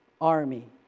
army